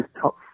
top